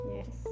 Yes